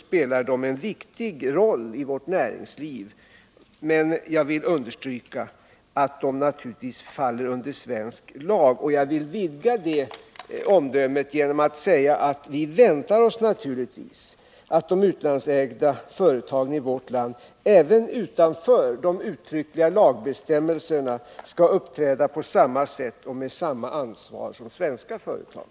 Men jag vill som sagt understryka att de naturligtvis faller under svensk lag. Jag kan utvidga detta genom att säga att vi givetvis väntar oss att de utlandsägda företagen i vårt land även utanför de uttryckliga lagbestämmelserna skall uppträda på samma sätt och med samma ansvar som svenska företag.